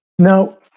Now